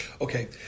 Okay